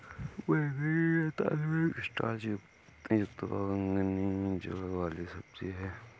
बैंगनी रतालू एक स्टार्च युक्त बैंगनी जड़ वाली सब्जी है